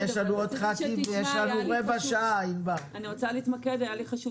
יש לנו עוד חברי כנסת שמבקשים להתייחס.